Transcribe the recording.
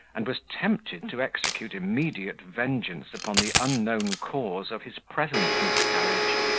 and was tempted to execute immediate vengeance upon the unknown cause of his present miscarriage.